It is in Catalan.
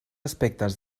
aspectes